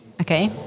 Okay